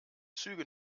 züge